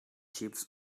ships